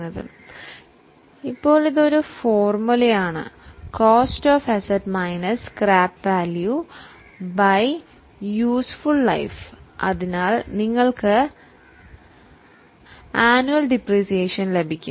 ഇതാണ് ഡിപ്രീസിയേഷൻ കണക്കാക്കാനുള്ള formula depreciation അങ്ങനെ നമ്മൾക്ക് ആനുവൽ ഡിപ്രീസിയേഷൻ ലഭിക്കുന്നു